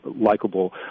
likable